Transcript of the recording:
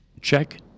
check